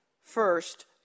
first